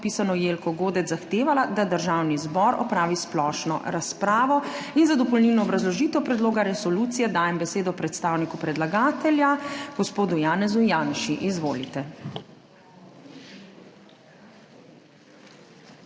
prvopodpisano Jelko Godec zahtevala, da Državni zbor opravi splošno razpravo. In za dopolnilno obrazložitev predloga resolucije dajem besedo predstavniku predlagatelja, gospodu Janezu Janši. Izvolite.